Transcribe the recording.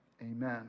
Amen